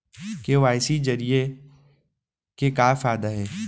KYC जरिए के का फायदा हे?